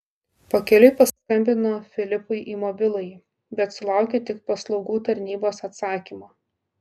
pakeliui paskambino filipui į mobilųjį bet sulaukė tik paslaugų tarnybos atsakymo